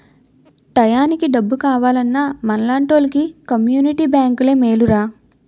టయానికి డబ్బు కావాలన్నా మనలాంటోలికి కమ్మునిటీ బేంకులే మేలురా